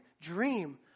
dream